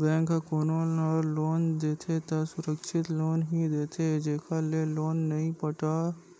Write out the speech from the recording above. bank ह कोनो ल लोन देथे त सुरक्छित लोन ही देथे जेखर ले लोन नइ पटा